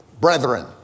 brethren